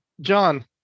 John